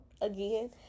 again